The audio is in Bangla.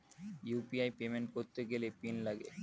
ইউ.পি.আই পেমেন্ট করতে গেলে পিন লাগে